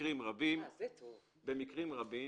במקרים רבים